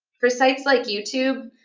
for sites like youtube,